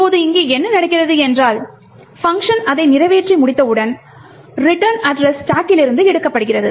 இப்போது இங்கே என்ன நடக்கிறது என்றால் பங்க்ஷன் அதை நிறைவேற்றி முடித்தவுடன் ரிட்டர்ன் அட்ரஸ் ஸ்டாக்கிலிருந்து எடுக்கப்படுகிறது